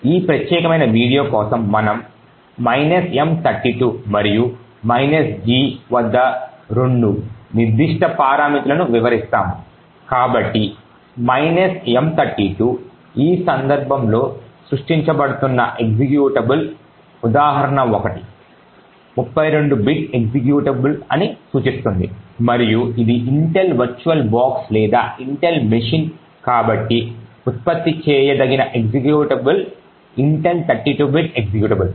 ఈ ప్రత్యేకమైన వీడియో కోసం మనము M32 మరియు G వద్ద రెండు నిర్దిష్ట పారామితులను వివరిస్తాము కాబట్టి M32 ఈ సందర్భంలో సృష్టించబడుతున్న ఎక్జిక్యూటబుల్ ఉదాహరణ1 32 బిట్ ఎక్జిక్యూటబుల్అని సూచిస్తుంది మరియు ఇది ఇంటెల్ వర్చువల్ బాక్స్ లేదా ఇంటెల్ మెషిన్ కాబట్టి ఉత్పత్తి చేయదగిన ఎక్జిక్యూటబుల్ ఇంటెల్ 32 బిట్ ఎక్జిక్యూటబుల్